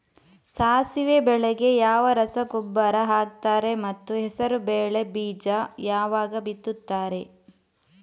ಸಾಸಿವೆ ಬೆಳೆಗೆ ಯಾವ ರಸಗೊಬ್ಬರ ಹಾಕ್ತಾರೆ ಮತ್ತು ಹೆಸರುಬೇಳೆ ಬೀಜ ಯಾವಾಗ ಬಿತ್ತುತ್ತಾರೆ?